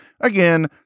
Again